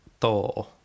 Thor